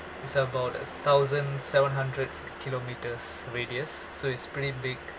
it's about a thousand seven hundred kilometres radius so it's pretty big